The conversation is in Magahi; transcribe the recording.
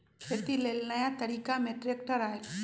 खेती लेल नया तरिका में ट्रैक्टर आयल